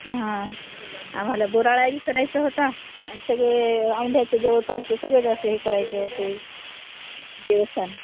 हा आम्हाला बोराळा बी करायचा होता आणि सगळे औंढ्याच्या जवळपासच सगळं जे असं हे करायचं होते देवस्थान